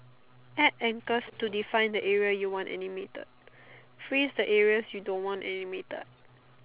add ankles to define the area you want animated freeze the areas you don't want animated